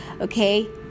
okay